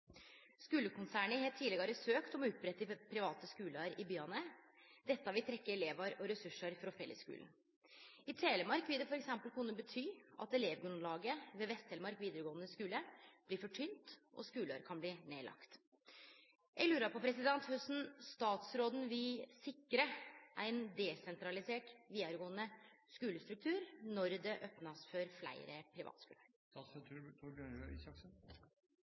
har tidligere søkt om å opprette private skoler i byer, dette vil trekke elever og ressurser fra fellesskolen. I Telemark vil det for eksempel kunne bety at elevgrunnlaget i Vest-Telemark blir for tynt og skoler kan bli nedlagt. Hvordan vil statsråden sikre en desentralisert videregående skolestruktur når det åpnes for flere privatskoler?»